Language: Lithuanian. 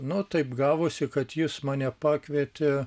nu taip gavosi kad jis mane pakvietė